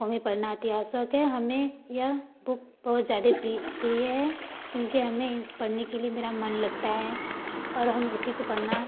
हमें पढ़ना है हमें यह बुक बहुत ज़्यादा प्रिय इसलिए है क्योंकि हमें पढ़ने के लिए मेरा मन लगता है और हम इसी को पढ़ना